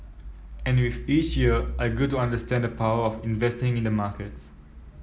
and with each year I grew to understand the power of investing in the markets